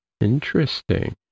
Interesting